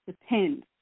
depends